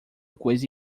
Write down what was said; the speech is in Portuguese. coisa